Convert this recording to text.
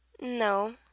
no